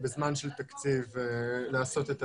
זה משהו שהממשלה צריכה לקבל בתעדוף שלה ובזמן של תקציב לעשות את הדבר